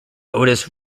otis